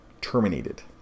terminated